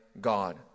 God